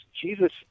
Jesus